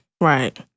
right